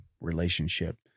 relationship